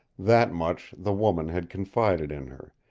that much the woman had confided in her,